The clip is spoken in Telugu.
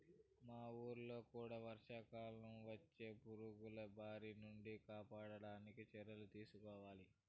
మా వూళ్ళో కూడా వర్షాకాలంలో వచ్చే పురుగుల బారి నుంచి కాపాడడానికి చర్యలు తీసుకోవాల